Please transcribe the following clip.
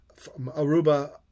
Aruba